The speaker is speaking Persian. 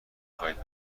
خواهید